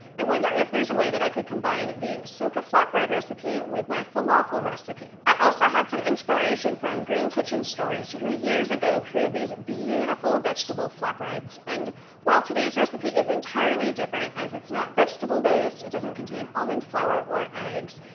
i wonder if there's a way that i could combine the socca flatbread recipe with my falafel recipe. i also had some inspiration from green kitchen stories who years ago created these beautiful vegetable flatbreads and while today's recipe is entirely different as it's not vegetable based, it doesn't contain almond flour or eggs,